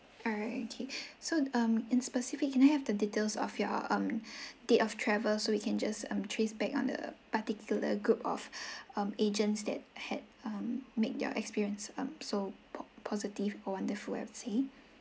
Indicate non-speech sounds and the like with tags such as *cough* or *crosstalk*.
alright okay so um in specific can I have the details of your um date of travel so we can just um trace back on the particular group of *breath* um agents that had um made their experience um so po~ positive or wonderful everything